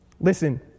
Listen